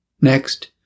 Next